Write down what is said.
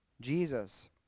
Jesus